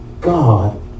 God